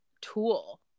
tool